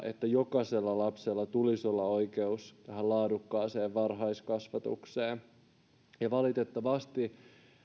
että jokaisella lapsella tulisi olla oikeus laadukkaaseen varhaiskasvatukseen valitettavasti